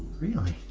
really?